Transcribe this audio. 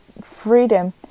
freedom